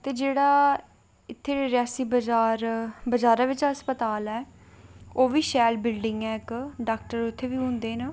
ते जेह्ड़ा इत्थै रियासी बजार बजारै बिच हस्पताल ऐ ओह्बी शैल बिल्डिंग ऐ इक्क डाक्टर उत्थै बी शैल होंदे न